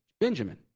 Benjamin